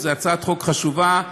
זו הצעת חוק חשובה,